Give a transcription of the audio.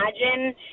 imagine